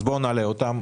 נעלה אותם.